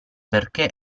perché